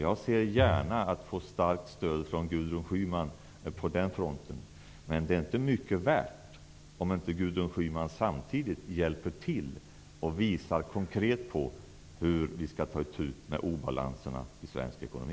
Jag ser gärna ett starkt stöd från Gudrun Schyman på den fronten, men det är inte mycket värt om inte Gudrun Schyman samtidigt hjälper till och visar konkret hur vi skall ta itu med obalanserna i svensk ekonomi.